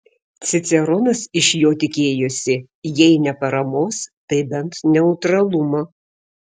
ciceronas iš jo tikėjosi jei ne paramos tai bent neutralumo